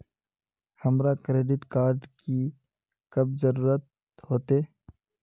हमरा credit card की कब जरूरत होते?